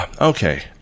Okay